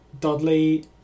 dudley